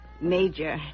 Major